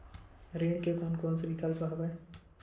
ऋण के कोन कोन से विकल्प हवय?